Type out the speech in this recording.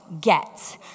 get